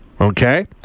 Okay